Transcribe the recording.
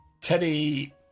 Teddy